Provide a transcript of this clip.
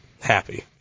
happy